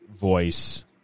voice